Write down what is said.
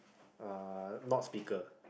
uh not speaker